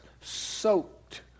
soaked